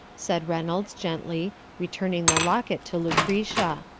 said reynolds, gently, returning the locket to lucretia.